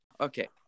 Okay